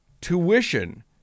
tuition